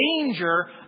danger